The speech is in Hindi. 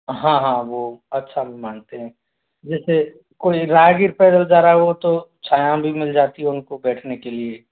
हाँ हाँ वह अच्छा मानते हैं जैसे कोई राहगीर पैदल जा रहा हो तो छाया भी मिल जाती है उन को बैठने के लिए